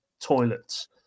toilets